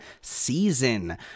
Season